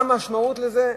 מה המשמעות של זה?